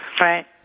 Right